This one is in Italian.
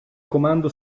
comando